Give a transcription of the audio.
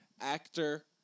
Actor